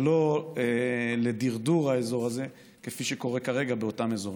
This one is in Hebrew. ולא לדרדור האזור הזה כפי שקורה כרגע באותם אזורים.